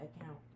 account